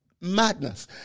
madness